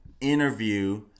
interview